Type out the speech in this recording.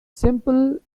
simple